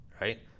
right